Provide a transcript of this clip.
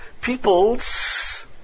Peoples